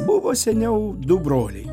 buvo seniau du broliai